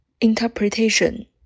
Interpretation